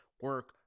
Work